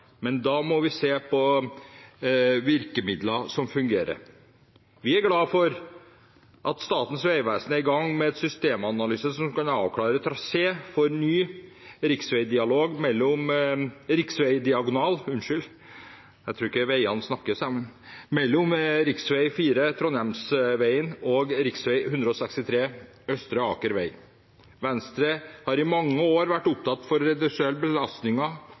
men da må vi se på virkemidler som fungerer. Vi er glad for at Statens vegvesen er i gang med en systemanalyse som kan avklare trasé for ny riksveidialog – unnskyld, riksveidiagonal, jeg tror ikke veiene snakker sammen – mellom rv. 4 Trondheimsveien og rv. 163 Østre Aker vei. Venstre har i mange år vært opptatt av å redusere belastningen av støy og støv for